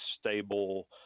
stable